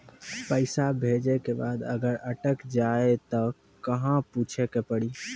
पैसा भेजै के बाद अगर अटक जाए ता कहां पूछे के पड़ी?